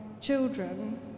children